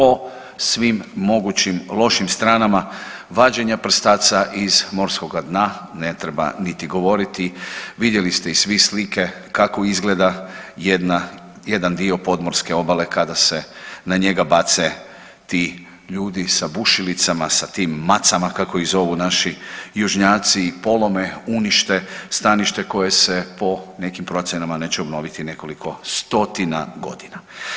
O svim mogućim lošim stranama vađenja prstaca iz morskoga dna ne treba niti govoriti, vidjeli ste i svi slike kako izgleda jedan dio podmorske obale kada se na njega bace ti ljudi sa bušilicama, sa tim macama kako ih zovu naši južnjaci i polome i unište stanište koje se po nekim procjenama neće obnoviti nekoliko 100-tina godina.